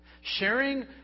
Sharing